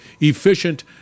efficient